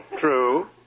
True